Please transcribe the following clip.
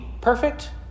perfect